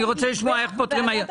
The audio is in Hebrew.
אני רוצה לשמוע איך פותרים היום.